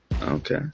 Okay